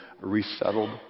resettled